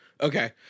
Okay